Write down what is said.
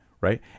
right